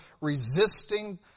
resisting